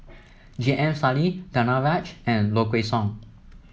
J M Sali Danaraj and Low Kway Song